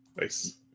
Nice